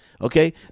Okay